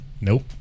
Nope